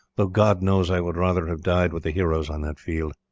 though god knows i would rather have died with the heroes on that field.